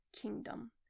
kingdom